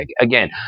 Again